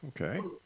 okay